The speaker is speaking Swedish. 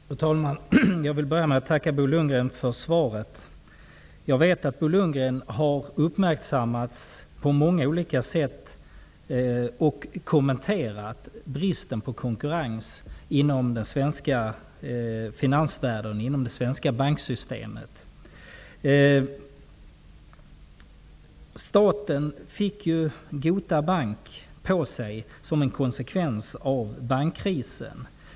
Fru talman! Jag vill börja med att tacka Bo Lundgren för svaret. Jag vet att Bo Lundgren på många olika sätt har uppmärksammat och kommenterat bristen på konkurrens inom den svenska finansvärlden och det svenska banksystemet. Staten fick Gota Bank på sig som en konsekvens av bankkrisen.